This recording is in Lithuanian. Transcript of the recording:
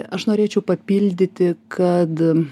aš norėčiau papildyti kad